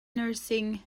nursing